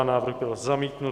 Návrh byl zamítnut.